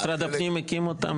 משרד הפנים הקים אותם,